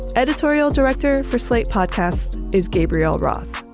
editorial director for slate podcast is gabriel roth,